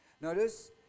Notice